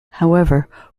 however